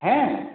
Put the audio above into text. হ্যাঁ